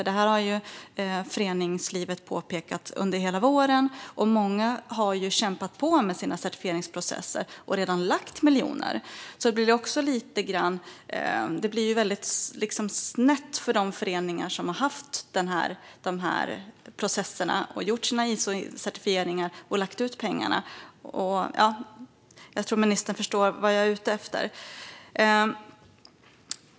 Det här har föreningslivet påpekat under hela våren, och många har kämpat på med sina certifieringsprocesser och redan lagt miljoner på detta. Det blir snett för de föreningar som har haft de här processerna, gjort sina ISO-certifieringar och lagt ut pengarna. Jag tror att ministern förstår vad jag är ute efter.